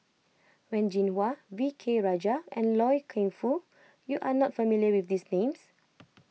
Wen Jinhua V K Rajah and Loy Keng Foo you are not familiar with these names